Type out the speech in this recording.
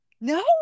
no